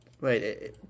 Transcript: Wait